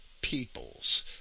peoples